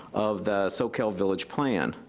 of the soquel village plan.